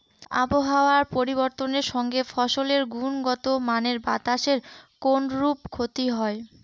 আবহাওয়ার পরিবর্তনের সঙ্গে ফসলের গুণগতমানের বাতাসের কোনরূপ ক্ষতি হয়?